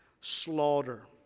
slaughter